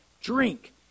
drink